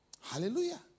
Hallelujah